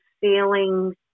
feelings